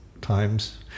times